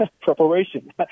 preparation